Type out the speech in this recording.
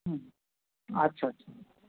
হুম আচ্ছা আচ্ছা